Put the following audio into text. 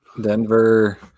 Denver